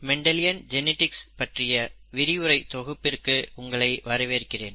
Mendelian genetics பற்றிய விரிவுரை தொகுப்பிற்கு உங்களை வரவேற்கிறேன்